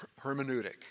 hermeneutic